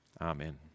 Amen